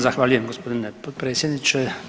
Zahvaljujem g. potpredsjedniče.